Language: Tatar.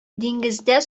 диңгездә